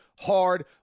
hard